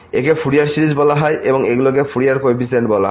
একে Fourier series বলা হয় এবং এগুলোকে ফুরিয়ার কো এফিসিয়েন্ট বলা হয়